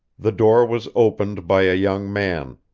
the door was opened by a young man.